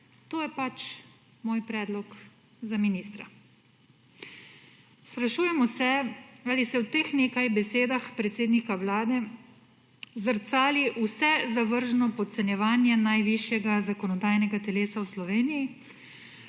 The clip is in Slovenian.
to je pač moj predlog za ministra. Sprašujemo se, ali se v teh nekaj besedah predsednika vlade zrcali vse zavržno podcenjevanje najvišjega zakonodajnega telesa v Sloveniji